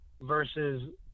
versus